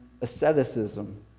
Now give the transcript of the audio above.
asceticism